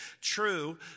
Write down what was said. True